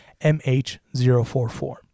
MH044